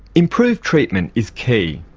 improved treatment is key,